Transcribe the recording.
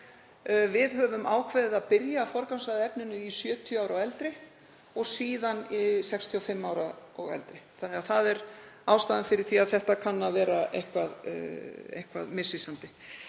Við höfum ákveðið að byrja að forgangsraða efninu fyrir 70 ára og eldri og síðan 65 ára og eldri. Það er ástæðan fyrir því að þetta kann að vera eitthvað misvísandi.